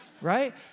Right